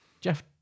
Jeff